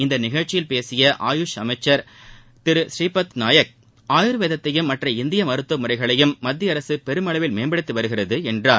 இந்த நிகழ்ச்சியில் பேசிய ஆயுஷ் அமைச்சர் திரு பூரீபத் நாயக் ஆயுர்வேதத்தையும் மற்ற இந்திய மருத்துவ முறைகளையும் மத்திய அரசு பெருமளவில் மேம்படுத்தி வருகிறது என்றார்